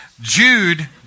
Jude